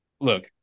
Look